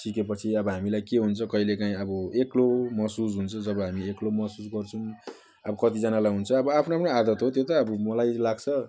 सिकेपछि अब हामीलाई के हुन्छ कहिलेकाहीँ अब एक्लो महसुस हुन्छ जब हामी एक्लो महसुस गर्छौँ अब कतिजनालाई हुन्छ अब आफ्नो आफ्नो आदत हो त्यो त अब मलाई लाग्छ